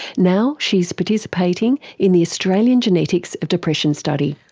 now she's participating in the australian genetics of depression study.